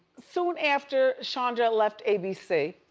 soon after shonda left abc,